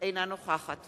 שהמצב השתנה,